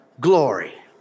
glory